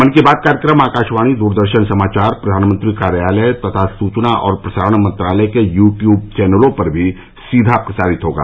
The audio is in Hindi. मन की बात कार्यक्रम आकाशवाणी दूरदर्शन समाचार प्रधानमंत्री कार्यालय तथा सूचना और प्रसारण मंत्रालय के यूट्यूब चैनलों पर भी सीधा प्रसारित होगा